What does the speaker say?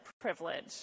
privilege